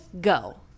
go